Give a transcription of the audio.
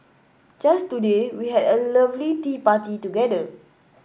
just today we had a lovely tea party together